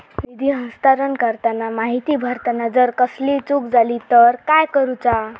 निधी हस्तांतरण करताना माहिती भरताना जर कसलीय चूक जाली तर काय करूचा?